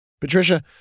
Patricia